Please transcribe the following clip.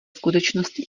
skutečnosti